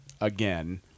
again